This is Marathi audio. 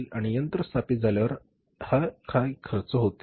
आणि यंत्र स्थापित झाल्यावर हि काही खर्च येतील